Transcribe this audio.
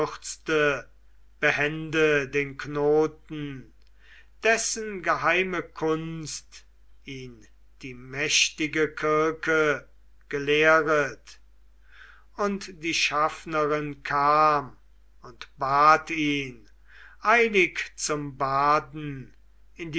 behende den knoten dessen geheime kunst ihn die mächtige kirke gelehret und die schaffnerin kam und bat ihn eilig zum baden